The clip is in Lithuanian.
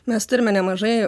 mes turime nemažai